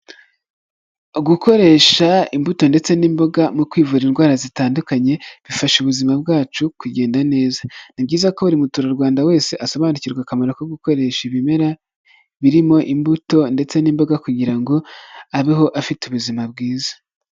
Gukoresha imbuto ndetse n'imboga mu kwivura indwara zitandukanye bifasha ubuzima bwacu kugenda neza. Ni byiza ko buri muturarwanda wese asobanukirwa akamaro ko gukoresha ibimera birimo imbuto, ndetse n'imboga kugira ngo abeho afite ubuzima bwiza.